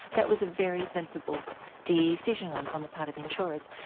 that was a very sensible decision on on the part of the insurers.